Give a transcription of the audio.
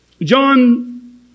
John